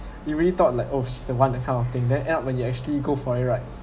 you really thought like oh she's the one that kind of thing then end up when you actually go for it right